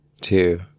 two